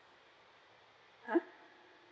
!huh!